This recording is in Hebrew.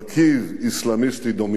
אסלאמיסטי דומיננטי.